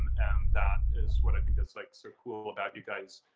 and that is what i think that's like so cool about you guys